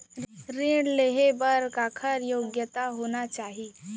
ऋण लेहे बर का योग्यता होना चाही?